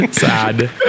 Sad